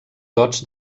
dots